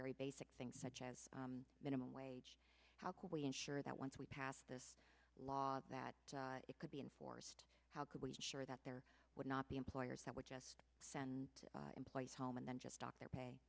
very basic things such as minimum wage how can we ensure that once we pass this law that it could be enforced how could we sure that there would not be employers that would just send employees home and then just stop their pay